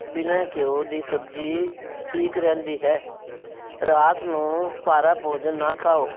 ਬਿਨਾਂ ਘਿਓ ਦੀ ਸਬਜ਼ੀ ਠੀਕ ਰਹਿੰਦੀ ਹੈ ਰਾਤ ਨੂੰ ਭਾਰਾ ਭੋਜਨ ਨਾ ਖਾਓ